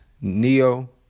Neo